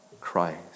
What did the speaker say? Christ